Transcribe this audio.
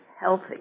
healthy